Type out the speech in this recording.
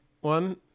one